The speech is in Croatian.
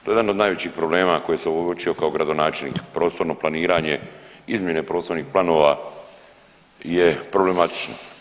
To je jedan od najvećih problema koje sam uočio kao gradonačelnik prostorno planiranje, izmjene prostornih planova je problematično.